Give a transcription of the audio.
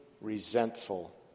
resentful